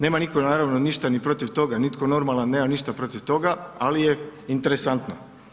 Nema nitko, naravno ništa ni protiv toga, nitko normalan nema ništa protiv toga, ali je interesantno.